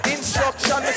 Instruction